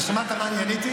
אתה שמעת מה אני עניתי?